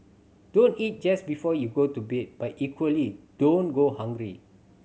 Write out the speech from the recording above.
don't eat just before you go to bed but equally don't go hungry